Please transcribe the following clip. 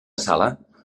sala